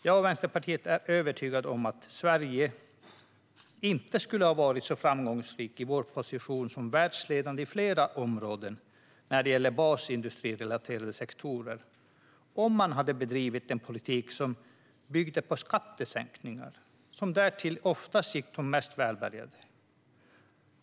Jag och Vänsterpartiet är övertygade om att Sverige inte skulle ha varit så framgångsrikt i vår position som världsledande inom flera områden när det gäller basindustrirelaterade sektorer om man bedrivit en politik som byggde på skattesänkningar, därtill sådana som oftast gick till de mest välbärgade.